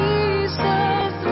Jesus